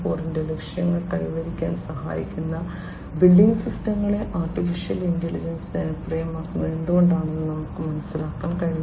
0 ന്റെ ലക്ഷ്യങ്ങൾ കൈവരിക്കാൻ സഹായിക്കുന്ന ബിൽഡിംഗ് സിസ്റ്റങ്ങളിൽ AI ജനപ്രിയമായിരിക്കുന്നത് എന്തുകൊണ്ടാണെന്ന് നമുക്ക് മനസ്സിലാക്കാൻ കഴിയും